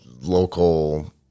local